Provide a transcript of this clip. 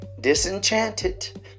disenchanted